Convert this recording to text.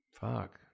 fuck